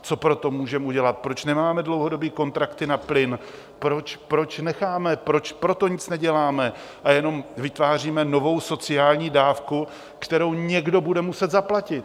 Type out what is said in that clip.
Co pro to můžeme udělat, proč nemáme dlouhodobé kontrakty na plyn, proč necháme proč pro to nic neděláme a jenom vytváříme novou sociální dávku, kterou někdo bude muset zaplatit.